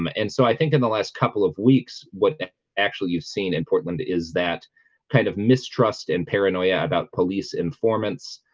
um and so i think in the last couple of weeks what actually you've seen in portland is that kind of mistrust and paranoia about police informants?